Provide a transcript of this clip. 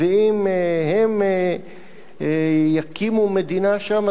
ואם הם יקימו מדינה שם,